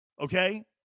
okay